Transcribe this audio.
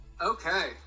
Okay